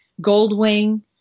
Goldwing